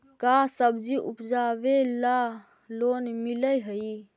का सब्जी उपजाबेला लोन मिलै हई?